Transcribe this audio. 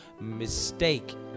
mistake